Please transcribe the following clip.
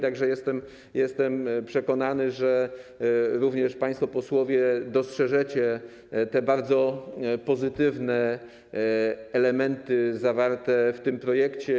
Tak że jestem przekonany, że również państwo posłowie dostrzeżecie te bardzo pozytywne elementy zawarte w tym projekcie.